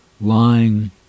lying